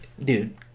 Dude